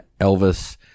Elvis